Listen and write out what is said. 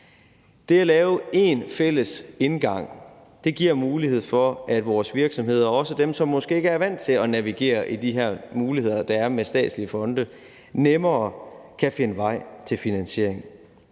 Det at lave én fælles indgang giver mulighed for, at vores virksomheder, også dem, som måske ikke er vant til at navigere i de her muligheder, der er med statslige fonde, nemmere kan finde vej til finansiering